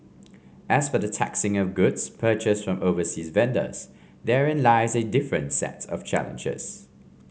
as for the taxing of goods purchased from overseas vendors therein lies a different sets of challenges